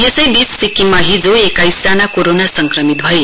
यसैबीच सिक्किममा हिजो एकाकइस जना कोरोना संक्रमित भए